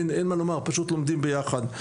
אין מה לומר, פשוט לומדים ביחד.